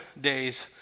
days